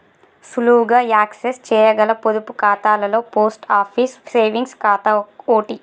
సులువుగా యాక్సెస్ చేయగల పొదుపు ఖాతాలలో పోస్ట్ ఆఫీస్ సేవింగ్స్ ఖాతా ఓటి